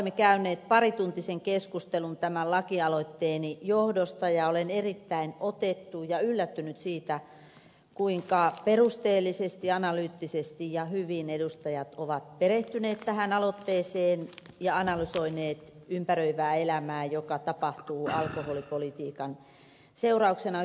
olemme käyneet parituntisen keskustelun tämän lakialoitteeni johdosta ja olen erittäin otettu ja yllättynyt siitä kuinka perusteellisesti analyyttisesti ja hyvin edustajat ovat perehtyneet tähän aloitteeseen ja analysoineet ympäröivää elämää joka tapahtuu alkoholipolitiikan seurauksena yhteiskunnassamme